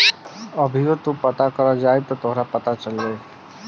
अभीओ तू पता करे जइब त तोहरा के पता चल जाई